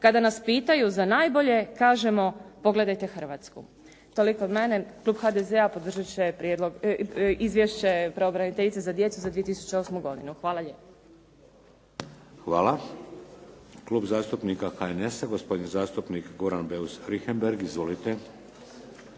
"Kada nas pitaju za najbolje kažemo pogledajte Hrvatsku." Toliko od mene. Klub HDZ-a podržat će Izvješće pravobraniteljice za djecu za 2008. godinu. Hvala lijepo. **Šeks, Vladimir (HDZ)** Hvala. Klub zastupnika HNS-a gospodin zastupnik Goran Beus Richembergh. Izvolite.